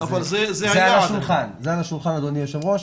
זה על השולחן אדוני היו"ר,